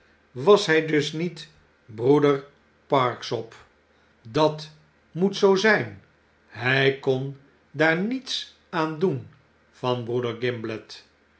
was hy dus niet broeder parksop dat moet zoo zyn hij kon daar niets aan doen i van broeder gimblet